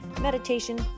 meditation